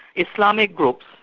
islamic groups,